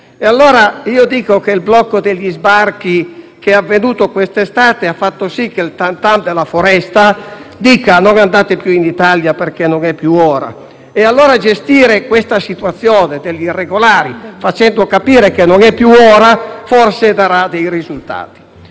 allora io dico che il blocco degli sbarchi che è avvenuto quest'estate ha fatto sì che il *tam tam* della foresta dicesse di non andare più in Italia perché non è più ora. E allora gestire questa situazione degli irregolari facendo capire che non è più ora forse darà dei risultati